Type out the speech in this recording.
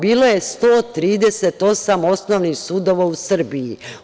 Bilo je 138 osnovnih sudova u Srbiji.